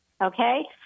okay